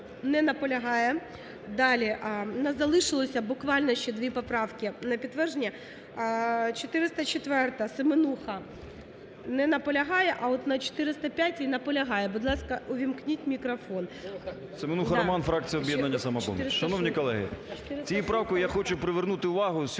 Не наполягає. Далі у нас залишилось буквально ще дві поправки на підтвердження. 404-а, Семенуха. Не наполягає. А от на 405-й, наполягає. Будь ласка, увімкніть мікрофон. 16:57:11 СЕМЕНУХА Р.С. Семенуха Роман, фракція "Об'єднання "Самопоміч". Шановні колеги, цією правкою я хочу привернути увагу сьогодні